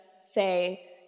say